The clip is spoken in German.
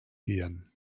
gehen